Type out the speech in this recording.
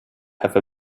have